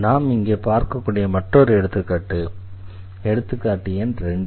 நாம் இங்கே பார்க்கக்கூடிய மற்றொரு எடுத்துக்காட்டு எனவே இது எடுத்துக்காட்டு எண் 2